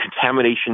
contamination